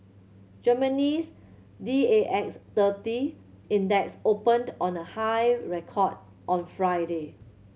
Germany's D A X thirty Index opened on a high record on Friday